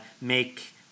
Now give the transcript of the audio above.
make